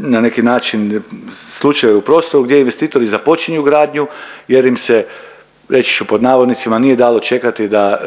na neki način slučajeve u prostoru gdje investitori započinju gradnju jer ima se reći ću pod navodnicima nije dalo čekati da,